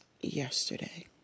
yesterday